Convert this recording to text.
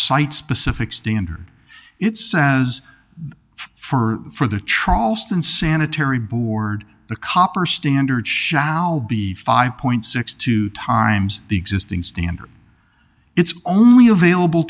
site specific standard it sounds for the trial stand sanitary board the copper standard shall be five point six two times the existing standard it's only available